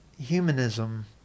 humanism